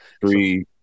Three